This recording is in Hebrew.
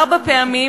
ארבע פעמים,